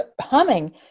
humming